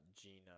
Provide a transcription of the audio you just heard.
Gina